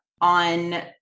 on